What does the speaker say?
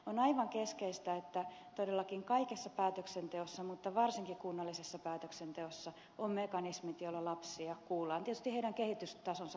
on aivan keskeistä että todellakin kaikessa päätöksenteossa mutta varsinkin kunnallisessa päätöksenteossa on mekanismit joilla lapsia kuullaan tietysti heidän kehitystasonsa mukaisesti